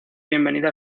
bienvenida